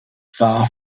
far